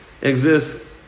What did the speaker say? exists